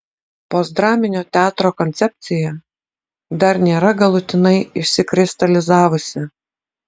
postdraminio teatro koncepcija dar nėra galutinai išsikristalizavusi